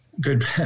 Good